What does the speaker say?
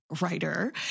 writer